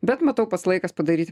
bet matau pats laikas padaryti